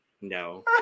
No